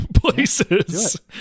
Places